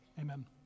Amen